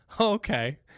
okay